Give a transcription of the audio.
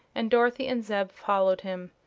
and dorothy and zeb followed him.